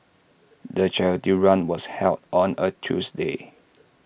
the charity run was held on A Tuesday